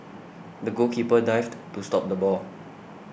the goalkeeper dived to stop the ball